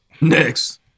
Next